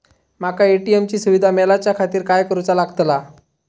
माका ए.टी.एम ची सुविधा मेलाच्याखातिर काय करूचा लागतला?